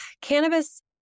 cannabis